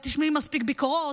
ואת תשמעי מספיק ביקורות,